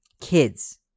Kids